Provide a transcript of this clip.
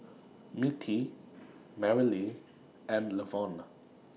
Mittie Merrily and Levon